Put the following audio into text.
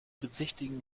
bezichtigen